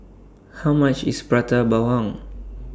How much IS Prata Bawang